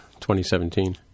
2017